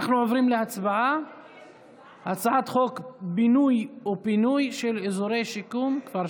אנחנו עוברים להצבעה על הצעת חוק בינוי ופינוי של אזורי שיקום (כפר